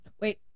wait